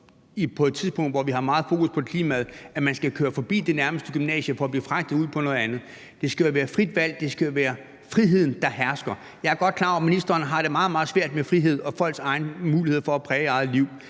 på et tidspunkt, hvor vi har meget fokus på klimaet, at man skal køre forbi det nærmeste gymnasie for at blive fragtet ud på et andet. Det skal være et frit valg. Det skal være friheden, der hersker. Jeg er godt klar over, at ministeren har det meget, meget svært med frihed og folks egne muligheder for at præge eget liv.